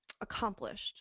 accomplished